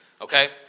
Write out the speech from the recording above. Okay